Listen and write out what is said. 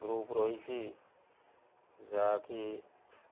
group ରହିଛି ଯାହାକି